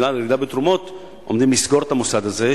בגלל ירידה בתרומות עומדים לסגור את המוסד הזה,